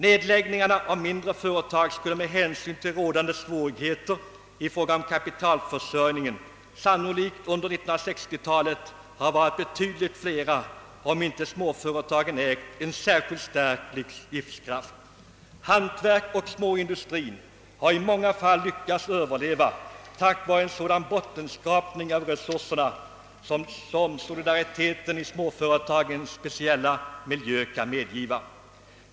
Nedläggningarna av mindre företag skulle med hänsyn till rådande svårigheter i fråga om kapitalförsörjningen under 1960-talet sannolikt ha varit betydligt flera om inte småföretagen ägt en särskilt stark livskraft. Hantverk och småindustri har i många fall lyckats överleva tack vara en sådan bottenskrapning av resurserna, som solidariteten i småföretagens speciella miljö kan medge.